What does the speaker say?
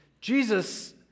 Jesus